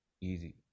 Easy